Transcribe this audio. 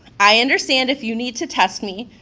i understand if you need to test me,